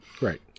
right